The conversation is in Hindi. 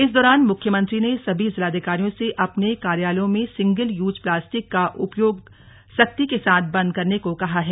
इस दौरान मुख्यमंत्री ने सभी जिलाधिकारियों से अपने कार्यालयों में सिंगल यूज प्लास्टिक का उपयोग सख्ती के साथ बंद करने को कहा है